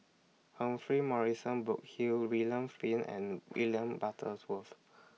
Humphrey Morrison Burkill William Flint and William butters Worth